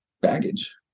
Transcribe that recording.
baggage